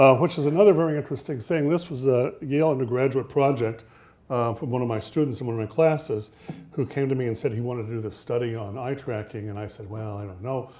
ah which is another very interesting thing, this is a yale undergraduate project from one of my students in one of my classes who came to me and said he wanted to do this study on eye tracking and i said, well i don't know.